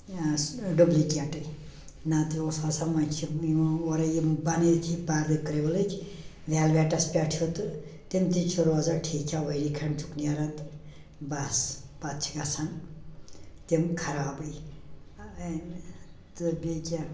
ڈُبلِکیٹٕے نَتہٕ اوس آسان وَنہِ چھِ یِوان اورَے یِم بنٲیتھی پردٕ کِرٛولٕکۍ وٮ۪لوٮ۪ٹس پٮ۪ٹھ ہُہ تہِ تِم تہِ چھِ روزان ٹھیٖک یا ؤری کھنٛد چھُکھ نیران تہٕ بس پتہٕ چھِ گَژھان تِم خرابٕے تہٕ بیٚیہِ کیٛاہ